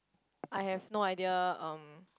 I have no idea um